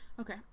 Okay